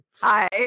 Hi